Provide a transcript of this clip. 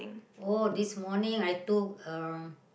oh this morning I cook um